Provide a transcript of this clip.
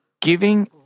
giving